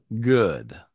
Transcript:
good